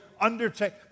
undertake